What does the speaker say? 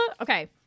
okay